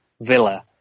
Villa